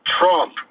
Trump